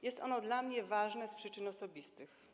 Jest ono dla mnie ważne z przyczyn osobistych.